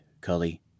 Cully